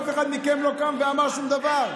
אף אחד מכם לא קם ולא אמר שום דבר.